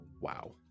Wow